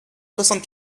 soixante